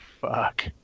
Fuck